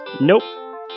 Nope